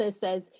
says